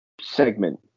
segment